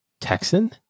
Texan